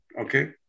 Okay